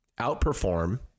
outperform